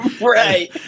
Right